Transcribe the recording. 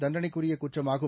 தண்டணைக்குரிய குற்றம் ஆகும்